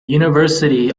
university